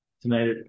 Tonight